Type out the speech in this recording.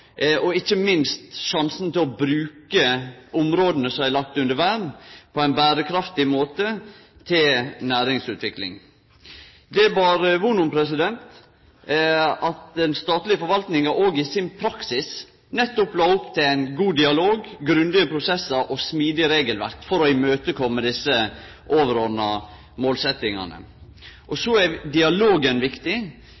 og ikkje minst om sjansen til å bruke områda som er lagde under vern, på ein berekraftig måte – til næringsutvikling. Det bar von om at den statlege forvaltninga også i sin praksis nettopp la opp til ein god dialog, grundige prosessar og smidige regelverk for å møte desse overordna